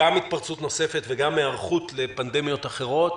גם התפרצות נוספת וגם היערכות לפנדמיות אחרות.